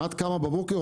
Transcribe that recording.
את קמה בבוקר,